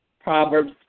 Proverbs